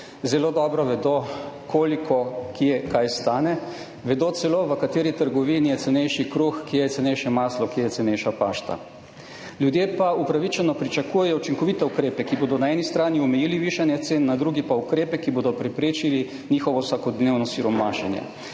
Zelo dobro vedo, koliko kje kaj stane, vedo celo v kateri trgovini je cenejši kruh, kje je cenejše maslo, ki je cenejša pašta. Ljudje pa upravičeno pričakujejo učinkovite ukrepe, ki bodo na eni strani omejili višanje cen, na drugi pa ukrepe, ki bodo preprečili njihovo vsakodnevno siromašenje.